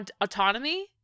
autonomy